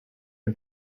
are